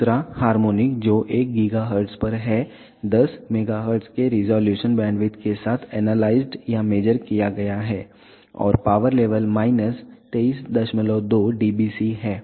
दूसरा हार्मोनिक जो 1 GHz पर है 10 MHz के रिज़ॉल्यूशन बैंडविड्थ के साथ एनालाइज्ड या मेज़र किया गया है और पावर लेवल माइनस 232 dBc है